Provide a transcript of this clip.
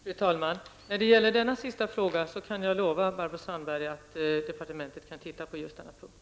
Fru talman! När det gäller denna sista fråga kan jag lova Barbro Sandberg att departementet kan se över den punkten.